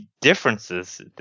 differences